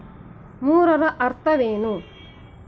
ಮೂರರ ಅರ್ಥವೇನು?